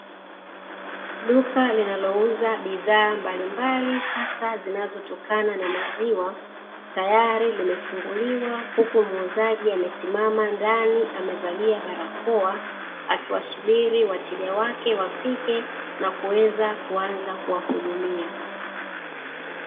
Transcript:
Duka linauza bidhaa mbalimbali hasa zinazotokana na maziwa huku muhudumu akiwa amesimama ndani akiwa amevalia barakoa akisubiri wateja wake waje aanze kuwahudumia